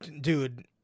Dude